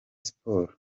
sports